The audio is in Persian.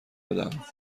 بدهم